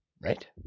right